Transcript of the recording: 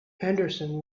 henderson